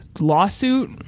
Lawsuit